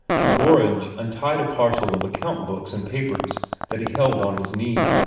and gorringe untied a parcel of account-books and papers that he held on his knee.